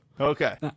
Okay